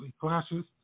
clashes